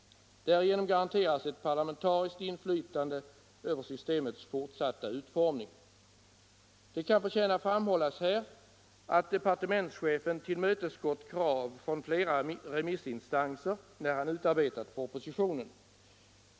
Därigenom garanteras ett parlamentariskt inflytande över systemets fortsatta utformning. Det kan förtjäna framhållas här att departementschefen tillmötesgått krav från flera remissinstanser när han utarbetat propositionen.